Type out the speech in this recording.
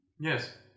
yes